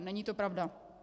Není to pravda.